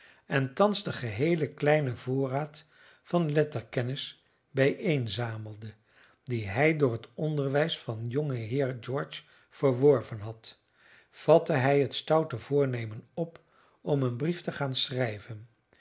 en thans den geheelen kleinen voorraad van letterkennis bijeenzamelende dien hij door het onderwijs van jongeheer george verworven had vatte hij het stoute voornemen op om een brief te gaan schrijven